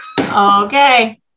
Okay